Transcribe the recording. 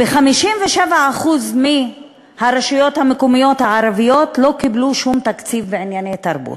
ב-57% מהרשויות המקומיות הערביות לא קיבלו שום תקציב בענייני תרבות.